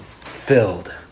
filled